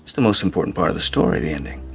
so the most important part of the story, the ending.